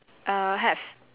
err have